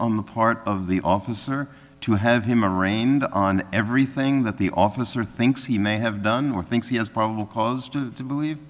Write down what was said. on the part of the officer to have him arraigned on everything that the officer thinks he may have done or thinks he has probable cause to believe